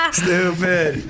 stupid